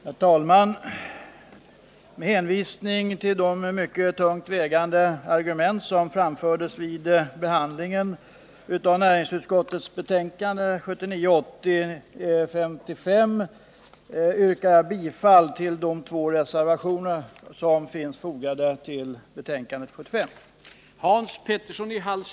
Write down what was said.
Herr talman! Med hänvisning till de mycket tungt vägande argument som framfördes vid behandlingen av näringsutskottets betänkande 1979/80:55 yrkar jag bifall till de två reservationer som har avgivits.